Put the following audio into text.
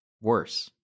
Worse